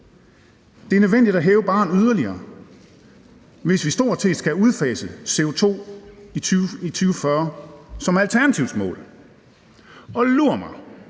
Det er nødvendigt at hæve barren yderligere, hvis vi stort set skal have udfaset CO2 i 2040, som er Alternativets mål. Og lur mig,